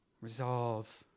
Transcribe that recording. Resolve